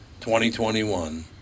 2021